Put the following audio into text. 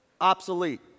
Obsolete